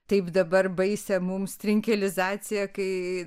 taip dabar baisią mums trinkelizaciją kai